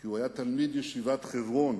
כי הוא היה תלמיד ישיבת חברון